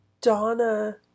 Donna